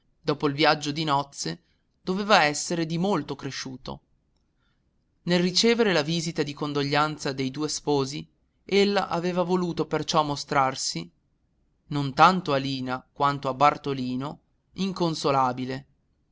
dopo il viaggio di nozze doveva essere di molto cresciuto nel ricevere la visita di condoglianza dei due sposi ella aveva voluto perciò mostrarsi non tanto a lina quanto a bartolino inconsolabile